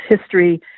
history